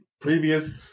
previous